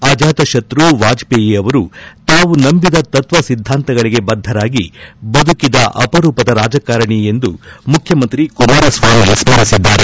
ಅಜಾತಶತ್ರು ವಾಜಪೇಯಿ ಅವರು ತಾವು ನಂಬಿದ ತತ್ವ ಸಿದ್ದಾಂತಗಳಿಗೆ ಬದ್ದರಾಗಿ ಬದುಕಿದ ಅಪರೂಪದ ರಾಜಕಾರಣಿ ಎಂದು ಮುಖ್ಯಮಂತ್ರಿ ಕುಮಾರಸ್ವಾಮಿ ಸ್ಟರಿಸಿದ್ದಾರೆ